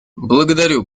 благодарю